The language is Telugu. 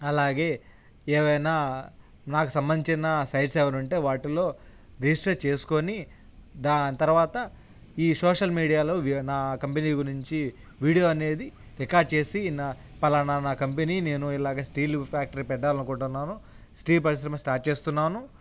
అలాగే ఏవైనా నాకు సంబంధించిన సైట్స్ ఎవన్నా ఉంటే వాటిల్లో రిజిస్టర్ చేసుకొని దా తర్వాత ఈ సోషల్ మీడియాలో నా కంపెనీ గురించి వీడియో అనేది రికార్డ్ చేసి నా పలానా నా కంపెనీ నేను ఇలాగే స్టీలు ఫ్యాక్టరీ పెట్టాలనుకుంటున్నాను స్టీల్ పరిశ్రమ స్టార్ట్ చేస్తున్నాను